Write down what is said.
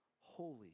holy